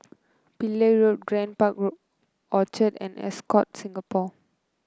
Pillai Road Grand Park Orchard and Ascott Singapore